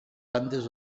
andes